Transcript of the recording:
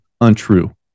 untrue